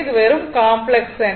இது வெறும் காம்ப்ளக்ஸ் எண்